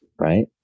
right